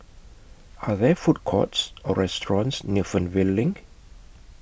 Are There Food Courts Or restaurants near Fernvale LINK